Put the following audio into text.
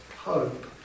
hope